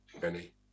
Benny